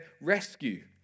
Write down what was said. rescue